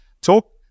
Talk